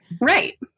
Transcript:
Right